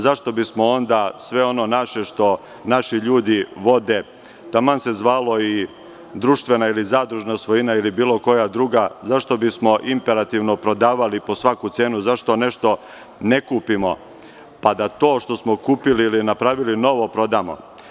Zašto bismo onda sve ono naše što naši ljudi vode, taman se zvalo i društvena ili zadužna svojina ili bilo koja druga, zašto bismo imperativno prodavali po svakucenu, zašto nešto ne kupimo, pa da to što smo kupili ili napravili novo prodamo?